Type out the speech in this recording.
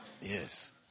Yes